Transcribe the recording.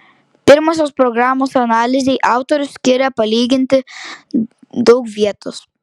pirmosios programos analizei autorius skiria palyginti daug vietos